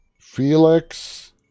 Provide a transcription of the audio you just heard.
Felix